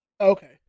okay